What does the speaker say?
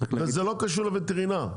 וזה לא קשור לווטרינר,